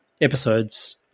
episodes